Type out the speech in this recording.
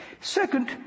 Second